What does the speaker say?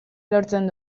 lortzen